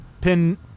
Pin